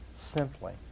simply